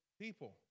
people